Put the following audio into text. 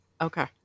Okay